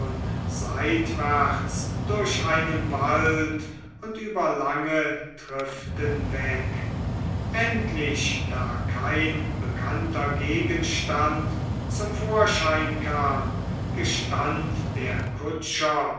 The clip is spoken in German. seitwärts durch einen wald und über lange triften weg endlich da kein bekannter gegenstand zum vorschein kam gestand der kutscher